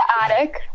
attic